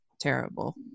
terrible